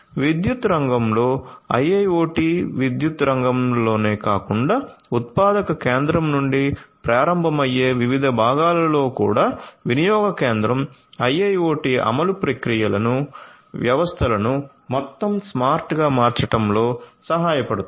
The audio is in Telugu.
విద్యుత్ రంగంలో IIoT విద్యుత్ రంగాలలోనే కాకుండా ఉత్పాదక కేంద్రం నుండి ప్రారంభమయ్యే వివిధ భాగాలలో కూడా వినియోగ కేంద్రం IIoT అమలు ప్రక్రియలను వ్యవస్థలను మొత్తం స్మార్ట్గా మార్చడంలో సహాయపడుతుంది